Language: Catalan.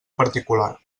particular